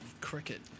cricket